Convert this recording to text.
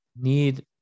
need